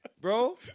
bro